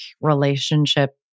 relationship